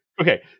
Okay